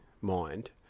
mind